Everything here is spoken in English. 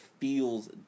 feels